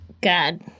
God